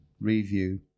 review